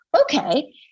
okay